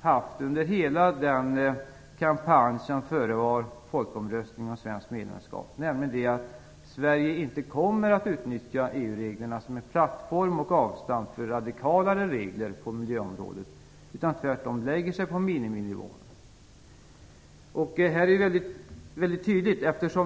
har haft under hela den kampanj som förevar folkomröstningen om svenskt medlemskap, nämligen att Sverige inte kommer att utnyttja EU-reglerna som en plattform och avstamp för radikalare regler på miljöområdet, utan tvärtom lägger sig på en miniminivå. Det här är väldigt tydligt.